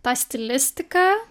tą stilistiką